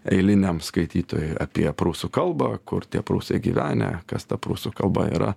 eiliniam skaitytojui apie prūsų kalbą kur tie prūsai gyvenę kas ta prūsų kalba yra